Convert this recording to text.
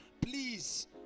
Please